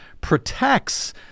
protects